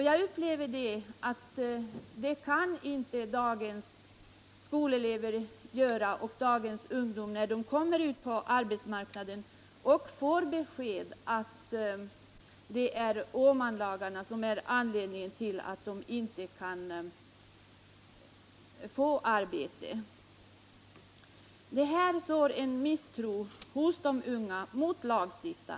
Jag upplever att dagens ungdom inte kan klara detta, när den kommer ut på arbetsmarknaden och får beskedet att Åman lagarna är anledningen till att det inte går att få arbete.